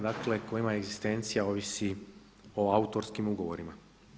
Dakle, kojima egzistencija ovisi o autorskim ugovorima.